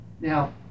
Now